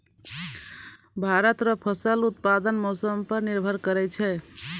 भारत रो फसल उत्पादन मौसम पर निर्भर करै छै